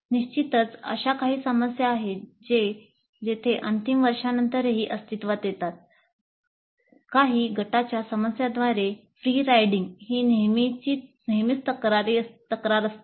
निश्चितच अशा काही समस्या आहेत जे अंतिम वर्षानंतरही अस्तित्वात येतात काही गटाच्या सदस्यांद्वारे फ्री राइडिंग ही नेहमीच तक्रार असते